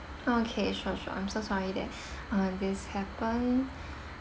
okay sure sure I'm so sorry that uh this happened